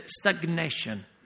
stagnation